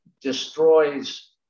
destroys